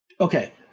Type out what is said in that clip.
Okay